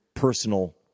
personal